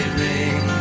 ring